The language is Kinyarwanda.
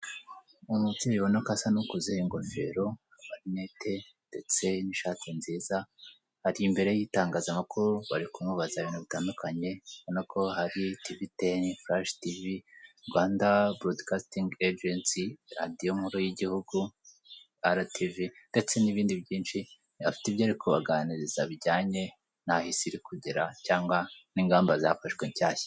Umubyeyi ubona ko asa nukuze ingofero n'amarineti ndetse n'ishati nziza ari imbere y'itangazamakuru bari kumubaza ibintu bitandukanye no kuba hari TV teni, flash Tv, Rwanda broadcasting agency radiyo nkuru y'igihugu RTV ndetse n'ibindi byinshi afite ibyo ari kubaganiriza bijyanye nah'isi iri kugera cyangwa ingamba zafashwe nshyashya.